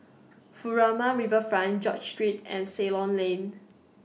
Furama Riverfront George Street and Ceylon Lane